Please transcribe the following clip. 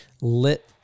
lit